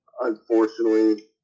unfortunately